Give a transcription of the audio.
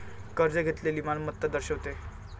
कर्ज घेतलेली मालमत्ता दर्शवते